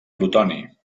plutoni